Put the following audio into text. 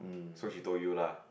so she told you lah